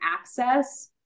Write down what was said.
access